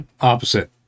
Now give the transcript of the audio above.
Opposite